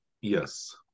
Yes